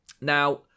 Now